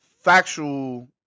factual